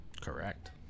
Correct